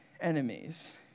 enemies